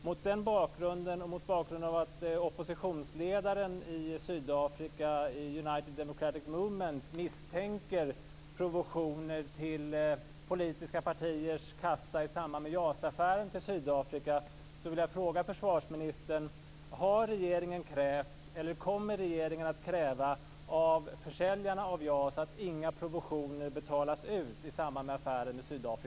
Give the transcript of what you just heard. Mot denna bakgrund och mot bakgrund av att oppositionsledaren i United Democratic Movement i